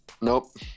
nope